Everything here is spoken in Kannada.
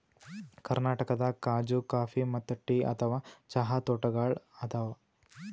ಕರ್ನಾಟಕದಾಗ್ ಖಾಜೂ ಕಾಫಿ ಮತ್ತ್ ಟೀ ಅಥವಾ ಚಹಾ ತೋಟಗೋಳ್ ಅದಾವ